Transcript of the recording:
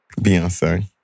Beyonce